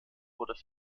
wurde